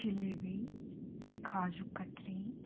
jalebi kaju katli